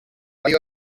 thigh